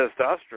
testosterone